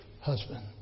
husband